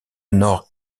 nord